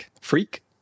Freak